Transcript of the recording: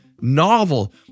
novel